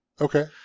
Okay